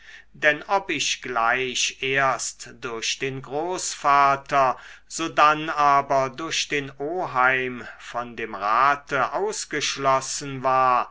denn ob ich gleich erst durch den großvater sodann aber durch den oheim von dem rate ausgeschlossen war